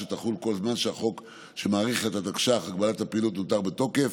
שתחול כל זמן שהחוק שמאריך את תקש"ח הגבלת הפעילות נותר בתוקף.